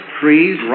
trees